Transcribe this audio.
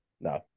No